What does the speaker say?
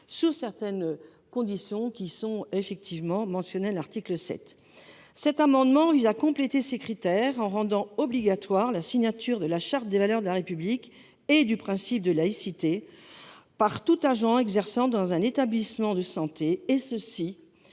sous certaines conditions mentionnées à l’article 7. Cet amendement vise à compléter ces critères et à rendre obligatoire la signature de la charte de respect des valeurs de la République et du principe de laïcité par tout agent exerçant dans un établissement de santé, afin